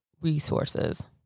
resources